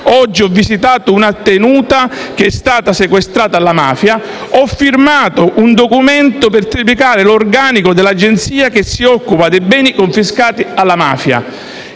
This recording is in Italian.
oggi ho visitato una tenuta sequestrata alla mafia. Ho firmato documento per triplicare organico dell'agenzia che si occupa dei beni confiscati alla mafia».